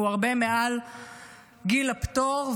הוא הרבה מעל גיל הפטור,